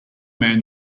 man